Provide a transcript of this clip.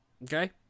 Okay